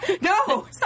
No